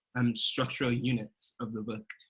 um structural units of the book.